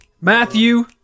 Matthew